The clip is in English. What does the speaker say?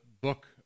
book